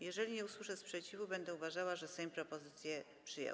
Jeżeli nie usłyszę sprzeciwu, będę uważała, że Sejm propozycję przyjął.